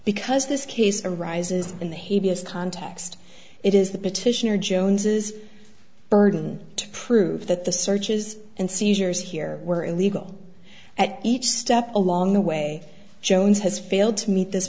because this case arises and he has context it is the petitioner jones's burden to prove that the searches and seizures here were illegal at each step along the way jones has failed to meet this